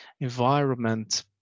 environment